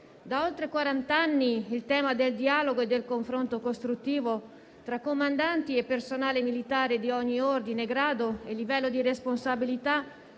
Da oltre quarant'anni il tema del dialogo e del confronto costruttivo tra comandanti e personale militare di ogni ordine, grado e livello di responsabilità